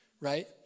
right